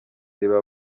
reba